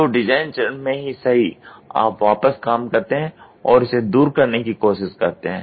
तो डिजाइन चरण में ही सही आप वापस काम करते हैं और इसे दूर करने की कोशिश करते हैं